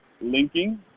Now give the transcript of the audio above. linking